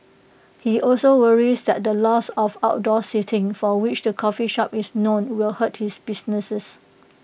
he also worries that the loss of outdoor seating for which the coffee shop is known will hurt his businesses